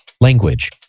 language